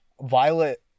Violet